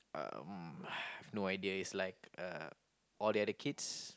um I have no idea it's like uh all the other kids